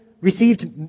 received